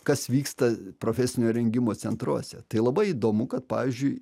kas vyksta profesinio rengimo centruose tai labai įdomu kad pavyzdžiui